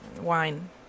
Wine